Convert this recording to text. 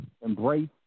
embrace